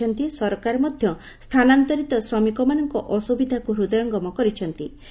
ସେ କହିଛନ୍ତି ସରକାର ମଧ୍ୟ ସ୍ଥାନାନ୍ତରିତ ଶ୍ରମିକମାନଙ୍କ ଅସୁବିଧାକୁ ହୃଦୟଙ୍ଗମ କରିଛନ୍ତି